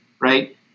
right